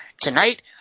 tonight